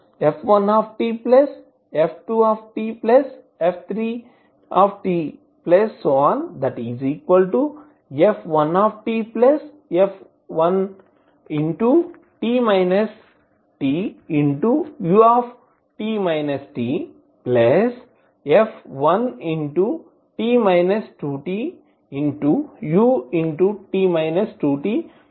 f1tf1t Tut Tf1t 2Tut 2T